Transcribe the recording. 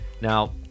Now